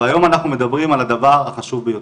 אבל היום אנחנו מדברים על הדבר החשוב ביותר.